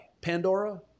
Pandora